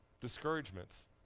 discouragements